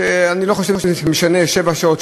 אני לא חושב שזה משנה שבע שעות,